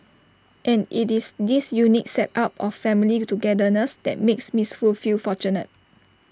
and IT is this unique set up of family togetherness that makes miss Foo feel fortunate